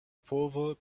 povo